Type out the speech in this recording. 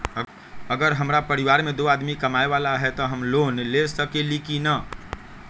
अगर हमरा परिवार में दो आदमी कमाये वाला है त हम लोन ले सकेली की न?